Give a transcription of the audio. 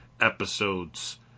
episodes